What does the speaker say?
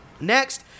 Next